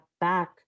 back